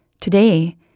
Today